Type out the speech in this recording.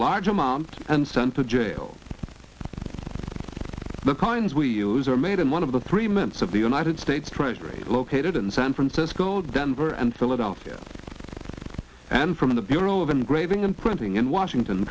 large amount and sent to jail the kinds we use are made and one of the three minutes of the united states treasury located in san francisco denver and philadelphia and from the bureau of engraving and printing in washington